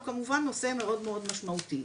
הוא כמובן נושא מאוד מאוד משמעותי,